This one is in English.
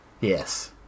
Yes